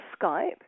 Skype